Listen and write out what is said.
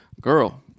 Girl